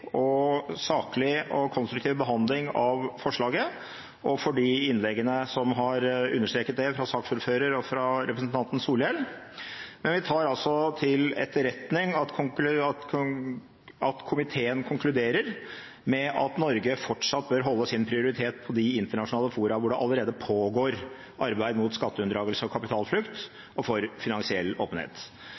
grundig, saklig og konstruktiv behandling av forslaget og for de innleggene som har understreket det, fra saksordføreren og fra representanten Solhjell. Vi tar til etterretning at komiteen konkluderer med at Norge fortsatt bør holde sin prioritet på de internasjonale fora hvor det allerede pågår arbeid mot skatteunndragelse og kapitalflukt og for finansiell åpenhet.